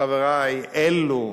חברי, אלו